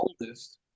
oldest